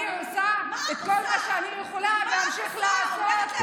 אני עושה את כל מה שאני יכולה ואמשיך לעשות גם,